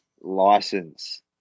license